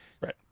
Right